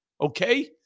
okay